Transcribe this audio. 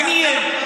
מיהם?